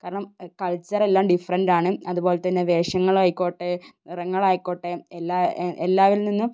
കാരണം കൾച്ചർ എല്ലാം ഡിഫറന്റ് ആണ് അതുപോലെത്തന്നെ വേഷങ്ങൾ ആയിക്കോട്ടെ നിറങ്ങൾ ആയിക്കോട്ടെ എല്ലാവരിൽ നിന്നും